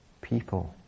people